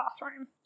bathroom